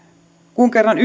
kun kerran